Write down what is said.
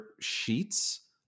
sheets